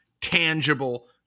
tangible